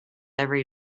every